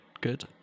good